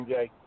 Jay